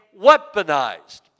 weaponized